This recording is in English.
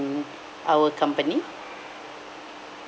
our company